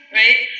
right